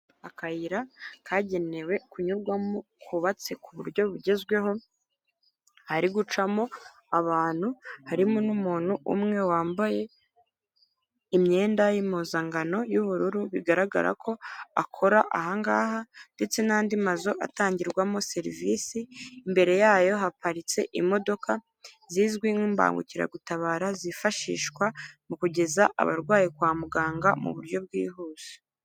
Akayira kagenewe kunyurwamo kubatse ku buryo bugezweho, hari gucamo abantu harimo n'umuntu umwe wambaye imyenda y'impuzangano y'ubururu bigaragara ko akora ahangaha ndetse n'andi mazu atangirwamo serivisi imbere yayo haparitse imodoka zizwi nk'imbangukiragutabara zifashishwa mu kugeza abarwaye kwa muganga mu buryo bwihuse.